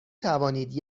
توانید